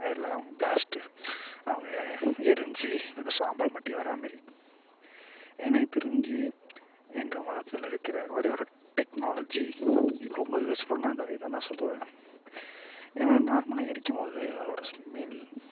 எல்லாம் அவங்க பிளாஸ்ட் அவங்க எரிஞ்சு அந்த சாம்பல் மட்டியும் வராமாதிரி எனக்கு தெரிஞ்சு எங்கள் மதத்தில் இருக்கிற ஒரேயொரு டெக்னாலஜி ரொம்ப யூஸ்ஃபுல்ன்னா அது அது தான் நான் சொல்லுவன் ஏன்னா நார்மலாக எரிக்கும் போது அதோட ஸ்மெல்